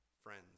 friends